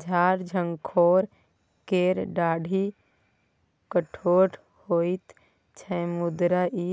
झार झंखोर केर डाढ़ि कठोर होइत छै मुदा ई